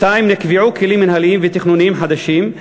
2. נקבעו כלים מינהליים ותכנוניים חדשים,